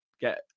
get